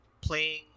playing